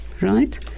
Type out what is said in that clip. right